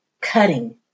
cutting